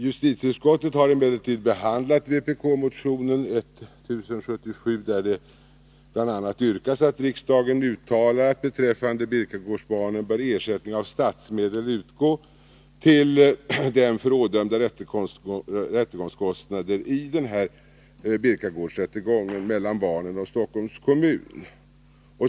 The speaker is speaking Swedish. Justitieutskottet har emellertid behandlat vpk-motion 1077, där det bl.a. yrkas att riksdagen uttalar att beträffande Birkagårdsbarnen bör ersättning av statsmedel utgå till dem för ådömda rättegångskostnader i den s.k. Birkagårdsrättegången mellan barnen och Stockholms kommun.